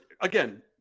again